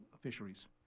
fisheries